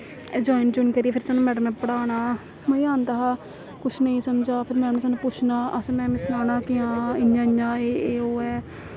join join करियै फिर सानूं मैडम ने पढ़ाना मजा औंदा हा किश निं समझ आ फिर मैडम ने सानूं पुच्छना असें मैम गी सनाना कि हां इ'यां इ'यां एह् एह् ओह् ऐ